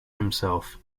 himself